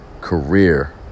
career